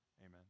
amen